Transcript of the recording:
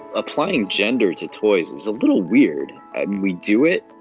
applying gender to toys is a little weird. we do it.